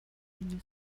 año